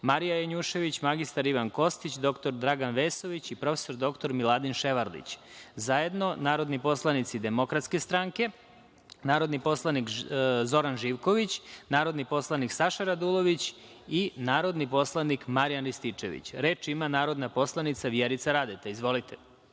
Marija Janjušević, mr Ivan Kostić, dr Dragan Vesović i prof. dr Miladin Ševarlić, zajedno narodni poslanici DS, narodni poslanik Zoran Živković, narodni poslanik Saša Radulović i narodni poslanik Marijan Rističević. Reč ima narodni poslanik Vjerica Radeta. Izvolite.